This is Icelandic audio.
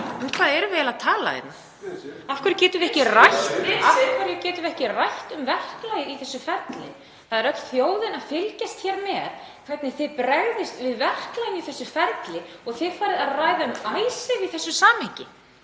hvað erum við að tala hérna? Af hverju getum við ekki rætt um verklagið í þessu ferli? Það er öll þjóðin að fylgjast með hvernig þið bregðist við verklagi í þessu ferli og þið farið að ræða um Icesave í þessu samhengi.